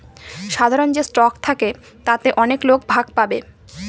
সাধারন যে স্টক থাকে তাতে অনেক লোক ভাগ পাবে